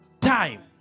time